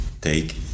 Take